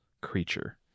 creature